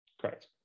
Correct